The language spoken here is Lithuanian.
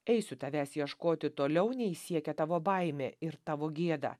eisiu tavęs ieškoti toliau nei siekia tavo baimė ir tavo gėda